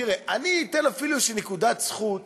תראה, אני אתן אפילו איזו נקודת זכות